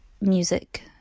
music